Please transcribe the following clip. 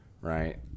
right